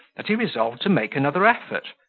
that he resolved to make another effort,